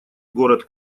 город